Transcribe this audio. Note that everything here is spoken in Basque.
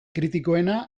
kritikoena